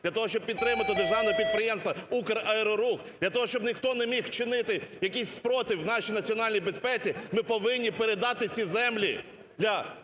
для того, щоб підтримати Державне підприємство "Украерорух", для того, щоб ніхто не міг чинити якийсь спротив нашій національній безпеці ми повинні передати ці землі для